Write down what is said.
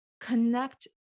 connect